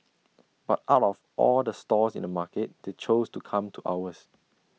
but out of all the stalls in the market they chose to come to ours